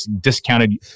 discounted